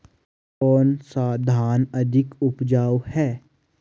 कौन सा धान अधिक उपजाऊ है?